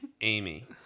Amy